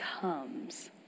comes